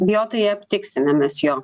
bijotoje aptiksime mes jo